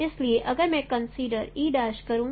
इसलिए अगर मैं कंसीडर करूं